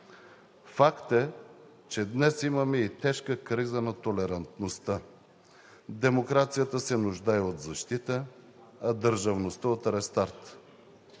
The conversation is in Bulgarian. Факт е, че днес имаме и тежка криза на толерантността. Демокрацията се нуждае от защита, а държавността от рестарт.